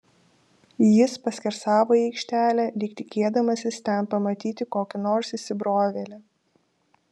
jis paskersavo į aikštelę lyg tikėdamasis ten pamatyti kokį nors įsibrovėlį